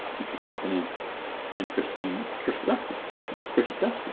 thanks for stopping in and christine krista krista,